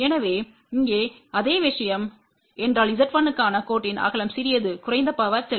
எனவே இங்கே அதே விஷயம் என்றால் Z1க்கான கோட்டின் அகலம்சிறியது குறைந்த பவர் செல்லும்